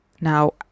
now